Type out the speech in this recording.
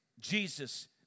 Jesus